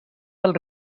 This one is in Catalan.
del